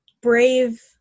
brave